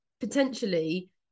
potentially